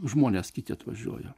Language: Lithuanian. žmonės kiti atvažiuoja